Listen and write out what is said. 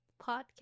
Podcast